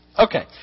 Okay